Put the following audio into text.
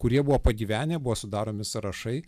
kurie buvo pagyvenę buvo sudaromi sąrašai